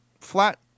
flat